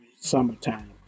summertime